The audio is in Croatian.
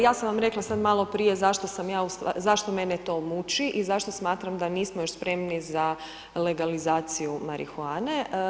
Ja sam vam rekla sad maloprije zašto mene to muči i zašto smatram da nismo još spremni za legalizaciju marihuane.